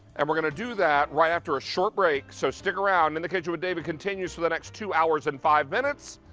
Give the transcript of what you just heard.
um are gonna do that right after a short break. so stick around, in the kitchen with david continues to next two hours and five minutes.